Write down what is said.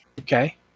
Okay